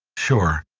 sure,